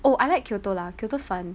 oh I like kyoto lah kyoto's fun